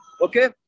Okay